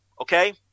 Okay